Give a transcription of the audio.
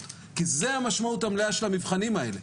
כי זו המשמעות המלאה של המבחנים האלה.